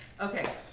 Okay